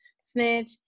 snitch